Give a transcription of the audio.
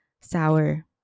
Sour